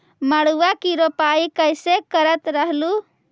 मड़उआ की रोपाई कैसे करत रहलू?